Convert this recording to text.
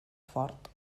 fort